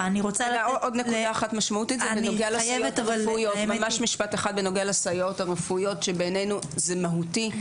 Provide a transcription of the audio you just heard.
עוד נקודה אחת משמעותית זה בנוגע לסייעות הרפואיות שבעינינו זה מהותי.